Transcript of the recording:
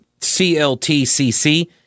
CLTCC